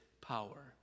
power